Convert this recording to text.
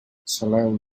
saleu